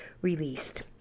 released